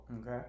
Okay